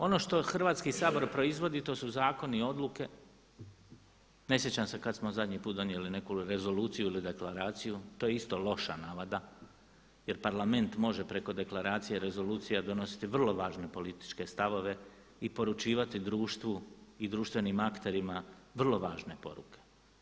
Ono što Hrvatski sabor proizvodi to su zakoni, odluke, ne sjećam se kada smo zadnji put donijeli neku rezoluciju ili deklaraciju, to je isto loša navada jer Parlament može preko deklaracija i rezolucija donositi vrlo važne političke stavove i poručivati društvu i društvenim akterima vrlo važne poruke.